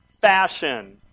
fashion